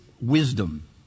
wisdom